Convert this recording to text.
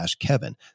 kevin